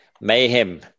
mayhem